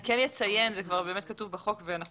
אני כן אציין זה באמת כתוב בחוק ואנחנו